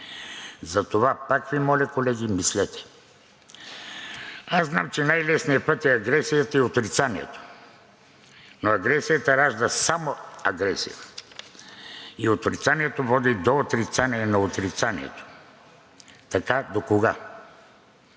Затова пак Ви моля, колеги, мислете! Аз знам, че най-лесният път е агресията и отрицанието, но агресията ражда само агресия и отрицанието води до отрицание на отрицанието. Така докога?